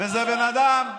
וזה בן אדם,